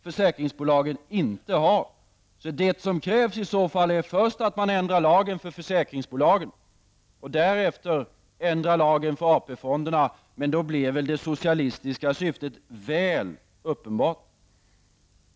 Det som i så fall krävs är att man först ändrar lagen för försäkringsbolagen och därefter ändrar lagen för AP-fonderna. Men då blir väl det socialistiska syftet väl uppenbart.